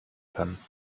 kann